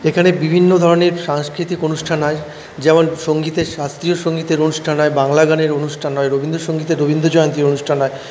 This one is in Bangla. এখানে বিভিন্ন ধরণের সাংস্কৃতিক অনুষ্ঠান হয় যেমন সঙ্গীতের শাস্ত্রীয় সঙ্গীতের অনুষ্ঠান হয় বাংলা গানের অনুষ্ঠান হয় রবীন্দ্র সঙ্গীতের রবীন্দ্র জয়ন্তীর অনুষ্ঠান হয়